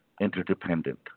interdependent